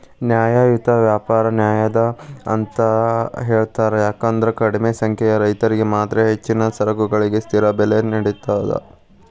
ನ್ಯಾಯಯುತ ವ್ಯಾಪಾರ ಅನ್ಯಾಯ ಅಂತ ಹೇಳ್ತಾರ ಯಾಕಂದ್ರ ಕಡಿಮಿ ಸಂಖ್ಯೆಯ ರೈತರಿಗೆ ಮಾತ್ರ ಹೆಚ್ಚಿನ ಸರಕುಗಳಿಗೆ ಸ್ಥಿರ ಬೆಲೆ ನೇಡತದ